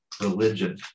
religion